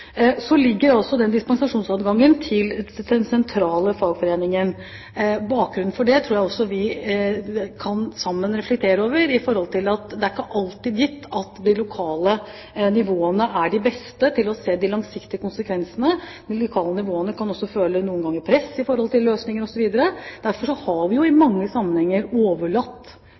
Så ligger altså dispensasjonsadgangen til den sentrale fagforeningen. Bakgrunnen for det kan vi sammen reflektere over. Det er ikke alltid gitt at de lokale nivåene er de beste til å se de langsiktige konsekvensene. De lokale nivåene kan noen ganger føle press i forhold til løsninger osv. Derfor har vi i mange sammenhenger overlatt